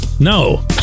no